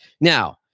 Now